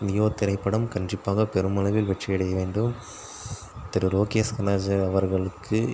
Leo திரைப்படம் கண்டிப்பாக பெருமளவில் வெற்றி அடைய வேண்டும் திரு லோகேஷ் கனகராஜ் அவர்களுக்கு